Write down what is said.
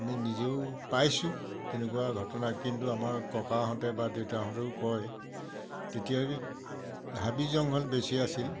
আমি নিজেও পাইছোঁ তেনেকুৱা ঘটনা কিন্তু আমাৰ ককাহঁতে বা দেউতাহঁতেও কয় তেতিয়া হাবি জংঘল বেছি আছিল